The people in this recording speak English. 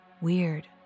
Weird